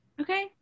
Okay